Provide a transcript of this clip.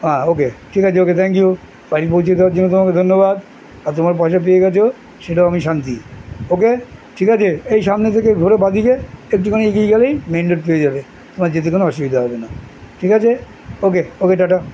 হ্যাঁ ওকে ঠিক আছে ওকে থ্যাংক ইউ বাড়ি পৌঁছে দেওয়ার জন্য তোমাকে ধন্যবাদ আর তোমার পয়সা পেয়ে গেছে সেটাও আমি শান্তি ওকে ঠিক আছে এই সামনে থেকে ঘোরো বাম দিকে একটুখানি এগিয়ে গেলেই মেন রোড পেয়ে যাবে তোমার যেতে কোনো অসুবিধা হবে না ঠিক আছে ওকে ওকে টাটা